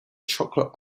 chocolate